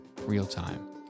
real-time